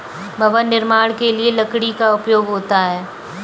भवन निर्माण के लिए लकड़ी का उपयोग होता है